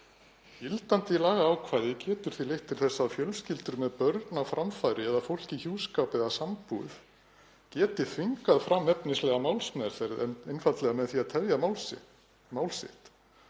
Gildandi lagaákvæði getur því leitt til þess að fjölskyldur með börn á framfæri eða fólk í hjúskap eða sambúð þvingi fram efnislega málsmeðferð einfaldlega með því að tefja mál sitt,